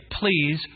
Please